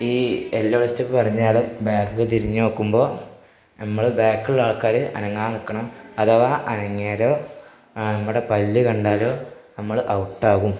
ഈ എല്ലോടി സ്റ്റെപ്പ് പറഞ്ഞാള് ബാക്കിലേക്ക് തിരിഞ്ഞ് നോക്കുമ്പോള് നമ്മള് ബാക്കിയുള്ള ആൾക്കാര് അനങ്ങാതെ നില്ക്കണം അഥവാ അനങ്ങിയാലോ നമ്മളുടെ പല്ല് കണ്ടാലോ നമ്മള് ഔട്ടാകും